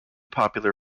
popular